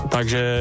Takže